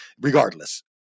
Regardless